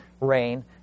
rain